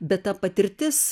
bet ta patirtis